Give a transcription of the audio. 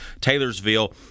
Taylorsville